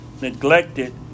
neglected